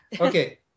Okay